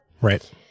Right